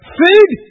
food